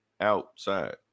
outside